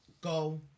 go